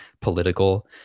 political